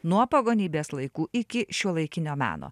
nuo pagonybės laikų iki šiuolaikinio meno